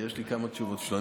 כי יש לי כמה תשובות בשבילו.